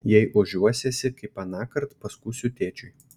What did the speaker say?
jei ožiuosiesi kaip anąkart paskųsiu tėčiui